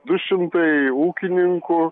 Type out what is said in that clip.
du šimtai ūkininkų